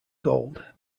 gold